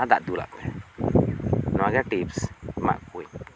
ᱟᱨ ᱫᱟᱜ ᱫᱩᱞ ᱟᱜ ᱯᱮ ᱱᱚᱣᱟ ᱜᱮ ᱴᱤᱯᱥ ᱮᱢᱟᱜ ᱠᱩᱣᱤᱝ